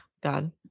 God